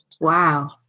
Wow